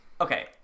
okay